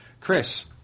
Chris